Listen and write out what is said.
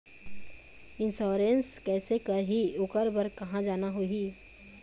Insurance कैसे करही, ओकर बर कहा जाना होही?